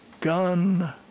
gun